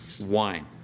wine